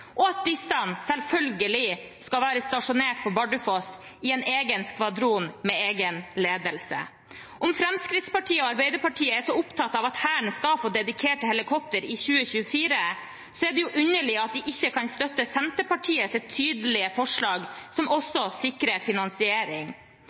og at disse selvfølgelig skal være stasjonert på Bardufoss i en egen skvadron og med egen ledelse. Om Fremskrittspartiet og Arbeiderpartiet er så opptatt av at Hæren skal få dedikerte helikoptre i 2024, er det underlig at de ikke kan støtte Senterpartiets tydelige forslag, som